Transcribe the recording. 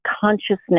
consciousness